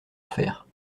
refaire